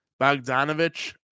Bogdanovich